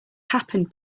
happened